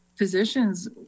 physicians